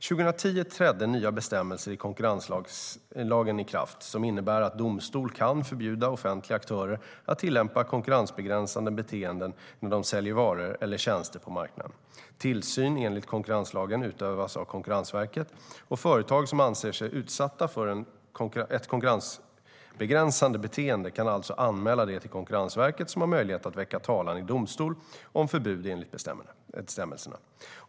År 2010 trädde nya bestämmelser i konkurrenslagen i kraft som innebär att domstol kan förbjuda offentliga aktörer att tillämpa konkurrensbegränsande beteenden när de säljer varor eller tjänster på marknaden. Tillsyn enligt konkurrenslagen utövas av Konkurrensverket, och företag som anser sig utsatta för ett konkurrensbegränsande beteende kan alltså anmäla det till Konkurrensverket, som har möjlighet att väcka talan i domstol om förbud enligt bestämmelserna.